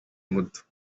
muto